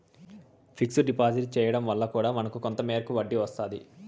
fixed deposit చేయడం వల్ల కూడా మనకు కొంత మేరకు వడ్డీ వస్తాది